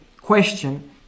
question